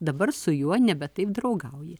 dabar su juo nebe taip draugauja